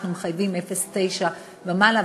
אנחנו מחייבים ל-0.9% ומעלה,